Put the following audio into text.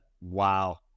Wow